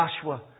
Joshua